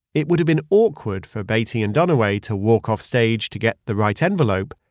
it would've been awkward for beatty and dunaway to walk off stage to get the right envelope,